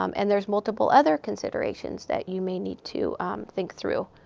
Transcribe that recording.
um and there's multiple other considerations that you may need to think through.